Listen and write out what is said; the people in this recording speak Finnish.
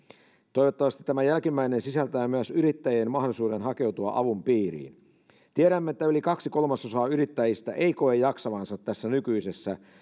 toivottavasti tämä jälkimmäinen sisältää myös yrittäjien mahdollisuuden hakeutua avun piiriin tiedämme että yli kaksi kolmasosaa yrittäjistä ei koe jaksavansa tässä nykyisessä